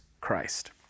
Christ